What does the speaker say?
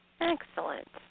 Excellent